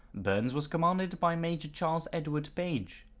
burns was commanded by major charles edward page.